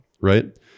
right